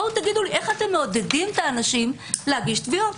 איך אתם מעודדים את האנשים להגיש תביעות?